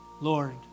Lord